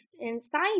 inside